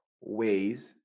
ways